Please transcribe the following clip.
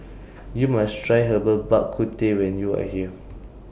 YOU must Try Herbal Bak Ku Teh when YOU Are here